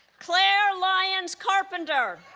claire lyons carpenter